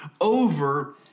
over